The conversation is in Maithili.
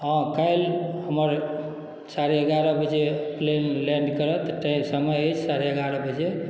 हँ काल्हि हमर साढ़े एगारह बजे प्लेन लैण्ड करत तय समय अछि साढ़े एगारह बजे